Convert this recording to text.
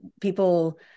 people